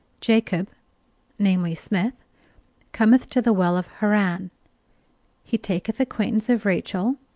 jacob namely, smith cometh to the well of haran. he taketh acquaintance of rachel,